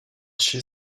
she